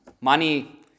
Money